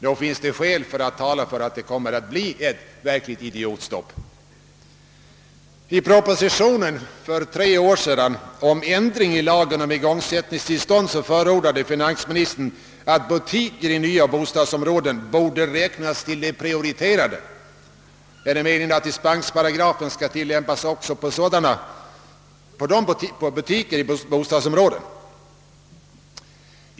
Nog finns det skäl som talar för att det kommer att bli fråga om ett »idiotstopp». I propositionen för tre år sedan om ändring i lagen om igångsättningstillstånd förordade finansministern att butiker i nya bostadsområden borde räknas till de prioriterade. Är meningen att dispensparagrafen skall tillämpas också på dessa?